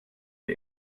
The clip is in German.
die